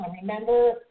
remember